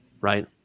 right